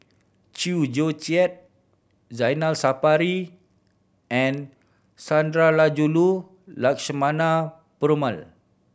Chew Joo Chiat Zainal Sapari and Sundarajulu Lakshmana Perumal